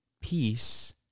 peace